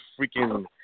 freaking